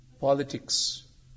Politics